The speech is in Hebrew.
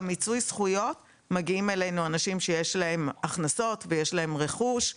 במיצוי זכויות מגיעים אלינו אנשים שיש להם הכנסות ויש להם רכוש,